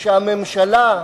כשהממשלה,